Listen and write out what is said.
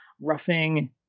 roughing